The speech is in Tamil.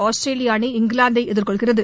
ஆஸ்திரேலிய அணி இங்கிலாந்தை எதிர்கொள்கிறது